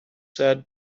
said